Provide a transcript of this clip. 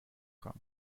kong